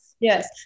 Yes